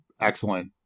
excellent